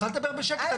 את יכולה לדבר בשקט,